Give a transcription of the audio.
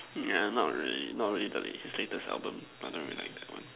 yeah not really not really the late latest album I don't really like that one